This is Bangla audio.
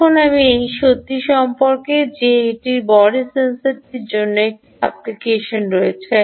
এখানে আমি এই সত্যটি সম্পর্কে লিখেছিলাম যে এটির বডি সেন্সরটির জন্য একটি অ্যাপ্লিকেশন রয়েছে